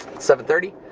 seven thirty,